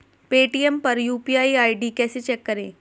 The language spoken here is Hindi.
पेटीएम पर यू.पी.आई आई.डी कैसे चेक करें?